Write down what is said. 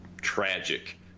tragic